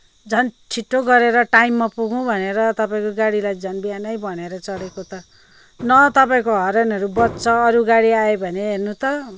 झन् छिटो गरेर टाइममा पुगौँ भनेर तपाईँको गाडीलाई झन् बिहानै भनेर चढेको त न त तपाईँको हर्नहरू बज्छ अरू गाडी आए भने हेर्नु त